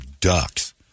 ducks